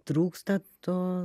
trūksta to